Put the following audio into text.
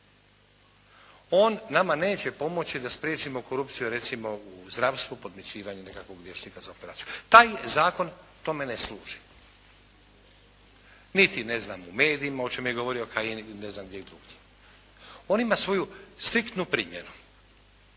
On nama neće pomoći da spriječimo korupciju recimo u zdravstvu podmićivanjem nekakvog liječnika za operaciju. Taj zakon tome ne služi niti u medijima o čemu je govorio Kajin ili ne znam gdje drugdje. On ima svoju striktnu primjenu